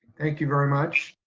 thank you very much.